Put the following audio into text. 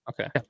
Okay